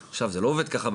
עכשיו, זה לא עובד ככה.